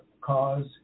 cause